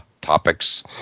topics